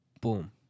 boom